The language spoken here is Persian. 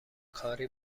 کاری